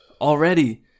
already